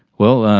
well,